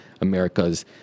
America's